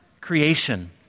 creation